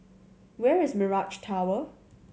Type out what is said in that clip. where is Mirage Tower